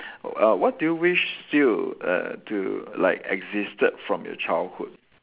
uh what do you wish still err to like existed from your childhood